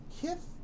Kith